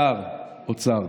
שר האוצר,